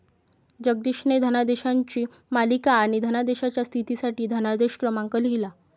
जगदीशने धनादेशांची मालिका आणि धनादेशाच्या स्थितीसाठी धनादेश क्रमांक लिहिला